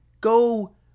go